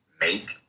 make